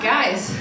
Guys